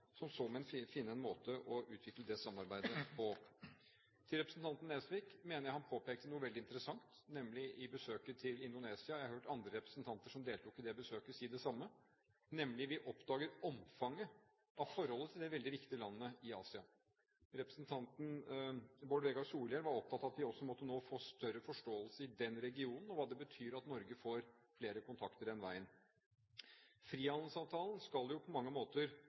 så må man finne en måte å utvikle det samarbeidet på. Til representanten Nesvik: Jeg mener han påpekte noe veldig interessant når det gjelder besøket i Indonesia. Jeg har hørt andre representanter som deltok i det besøket, si det samme, nemlig at de oppdaget omfanget av forholdet til det veldig viktige landet i Asia. Representanten Bård Vegar Solhjell var opptatt av at vi nå også må få større forståelse i den regionen, og hva det betyr at Norge får flere kontakter den veien. Frihandelsavtalen skal jo på mange måter